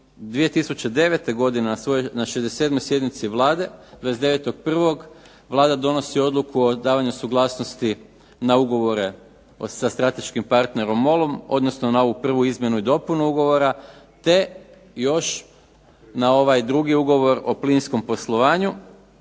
2009. godine na 67. sjednici Vlade 29.01., Vlada donosi odluku o davanju suglasnosti na ugovore sa strateškim partnerom MOL-om, odnosno na ovu prvu izmjenu i dopunu ugovora te još na ovaj drugi ugovor o plinskom poslovanju